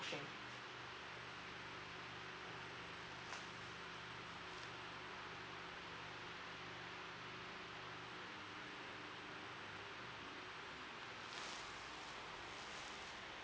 washing